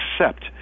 accept